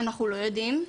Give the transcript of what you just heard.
אנחנו לא יודעים.